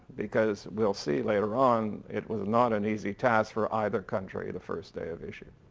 because we'll see later on it was not an easy task for either country, the first day of issue.